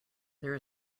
there